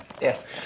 Yes